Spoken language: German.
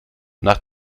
nach